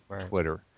Twitter